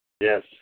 Yes